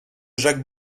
jacques